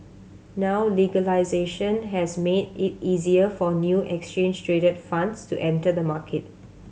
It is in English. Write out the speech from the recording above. now legalisation has made it easier for new exchange traded funds to enter the market